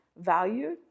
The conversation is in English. valued